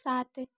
ସାତ